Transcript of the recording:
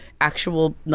actual